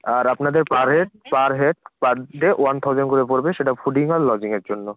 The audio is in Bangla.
আর আপনাদের per head per head per day one thousand করে পড়বে সেটা ফুডিং আর লজিংয়ের জন্য